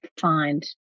find